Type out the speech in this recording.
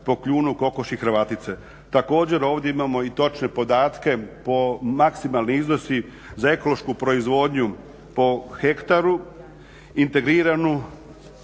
po kljunu kokoši Hrvatice. Također ovdje imamo i podatke po maksimalni iznosi za ekološku proizvodnju po hektaru integriranu